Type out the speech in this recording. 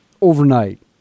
Overnight